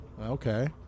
Okay